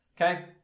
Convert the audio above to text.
Okay